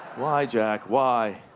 why jack? why?